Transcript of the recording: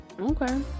Okay